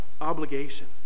obligation